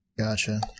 Gotcha